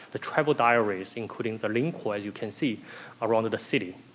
the travel diaries, including the lingkhor as you can see around the city.